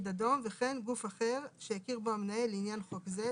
אדום וכן גוף אחר שהכיר בו המנהל לעניין חוק זה,